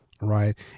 Right